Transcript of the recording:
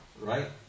right